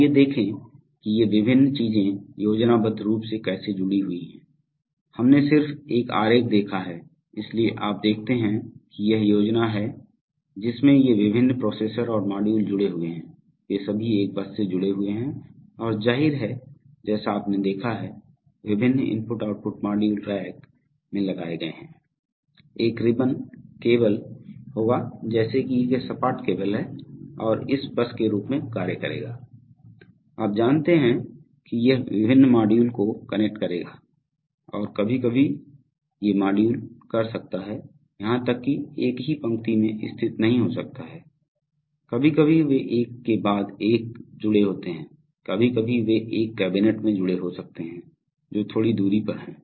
आइए देखें कि ये विभिन्न चीजें योजनाबद्ध रूप से कैसे जुड़ी हुई हैं हमने सिर्फ एक आरेख देखा है इसलिए आप देखते हैं कि यह योजना है जिसमें ये विभिन्न प्रोसेसर और मॉड्यूल जुड़े हुए हैं वे सभी एक बस से जुड़े हुए हैं और जाहिर है जैसा आपने देखा है विभिन्न IO मॉड्यूल रैक में लगाए गए हैं एक रिबन केबल होगा जैसे कि एक सपाट केबल है जो इस बस के रूप में कार्य करेगा आप जानते हैं कि यह विभिन्न मॉड्यूल को कनेक्ट करेगा और कभी कभी ये मॉड्यूल कर सकता है यहां तक कि एक ही पंक्ति में स्थित नहीं हो सकता है कभी कभी वे एक के बाद एक जुड़े होते हैं कभी कभी वे एक कैबिनेट में जुड़े हो सकते हैं जो थोड़ी दूरी पर हैं